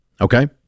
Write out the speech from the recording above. Okay